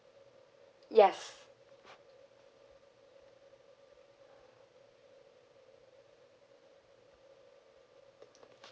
yes